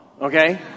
okay